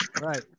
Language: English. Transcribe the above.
Right